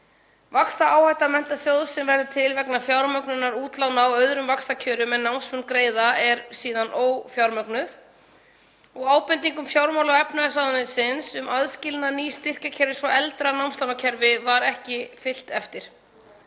Vaxtaáhætta sjóðsins, sem verður til vegna fjármögnunar útlána á öðrum vaxtakjörum en námsmenn greiða, er síðan ófjármögnuð og ábendingum fjármála- og efnahagsráðuneytisins um aðskilnað nýs styrkjakerfis og eldra námslánakerfis var ekki fylgt eftir.